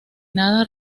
nada